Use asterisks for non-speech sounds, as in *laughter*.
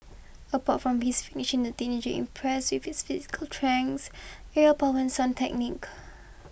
apart from his finishing the teenager impressed with physical *unintelligible* aerial power and sound technique